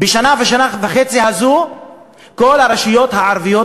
בשנה הזאת או בשנה וחצי כל הרשויות הערביות